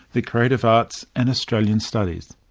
the creative arts and australian studies.